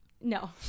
No